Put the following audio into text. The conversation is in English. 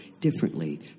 differently